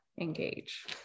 engage